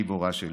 גיבורה שלי,